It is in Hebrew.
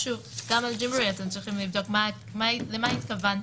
גם על ג'ימבורי אתם צריכים לבדוק למה התכוונתם,